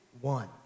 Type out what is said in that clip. one